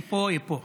היא פה, היא פה.